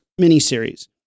miniseries